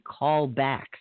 callbacks